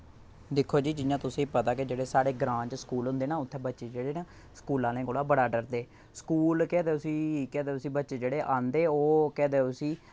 दिक्खो जी जि'यां तुसेंगी पता के जेह्ड़े साढ़े ग्रां च स्कूल होंदे ना उत्थै बच्चे जेह्ड़े न स्कूला आह्लें कोला बड़ा डरदे स्कूल केह् आखदे उस्सी केह् आखदे उस्सी बच्चे जेह्ड़े औंदे ओह् केह् आखदे उस्सी